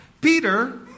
Peter